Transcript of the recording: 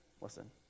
listen